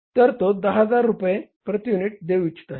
तर तो 10 रुपये प्रति युनिट देऊ इच्छित आहे